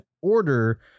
order